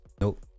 nope